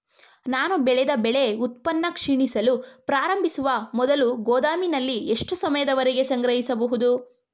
ನಾನು ಬೆಳೆದ ಬೆಳೆ ಉತ್ಪನ್ನ ಕ್ಷೀಣಿಸಲು ಪ್ರಾರಂಭಿಸುವ ಮೊದಲು ಗೋದಾಮಿನಲ್ಲಿ ಎಷ್ಟು ಸಮಯದವರೆಗೆ ಸಂಗ್ರಹಿಸಬಹುದು?